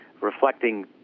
reflecting